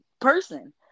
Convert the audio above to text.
person